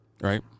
Right